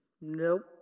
nope